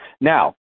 Now